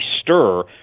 stir